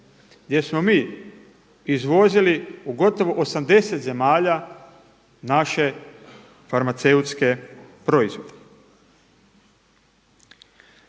gdje smo mi izvozili u gotovo 80 zemalja naše farmaceutske proizvode.